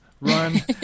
Run